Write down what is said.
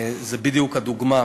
זו בדיוק הדוגמה.